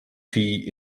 tea